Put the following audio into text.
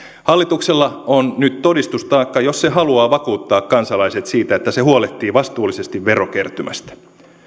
hallituksella on nyt todistustaakka jos se haluaa vakuuttaa kansalaiset siitä että se huolehtii vastuullisesti verokertymästä